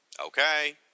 Okay